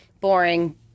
boring